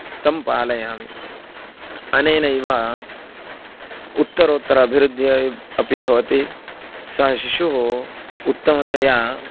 तं पालयामि अनेन उत्तरोत्तरम् अभिवृद्धिः अपि भवति सः शिशुः उत्तमतया